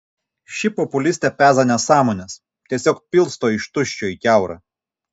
ši populistė peza nesąmones tiesiog pilsto iš tuščio į kiaurą